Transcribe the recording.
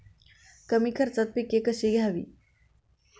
कमी खर्चात पिके कशी घ्यावी?